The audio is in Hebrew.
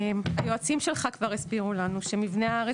היועצים שלך כבר הסבירו לנו שמבנה הארץ